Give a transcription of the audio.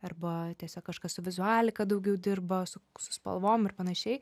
arba tiesiog kažkas su vizualiką daugiau dirba su su spalvom ir panašiai